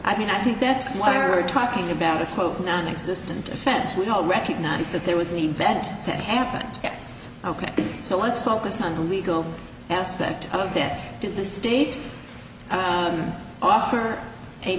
i mean i think that's why we're talking about the quote non existent defense we all recognize that there was an event that happened that's ok so let's focus on the legal aspect of that to the state offer a